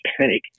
panic